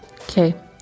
Okay